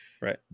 right